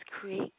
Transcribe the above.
Create